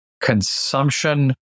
consumption